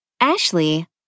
Ashley